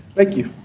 thank you.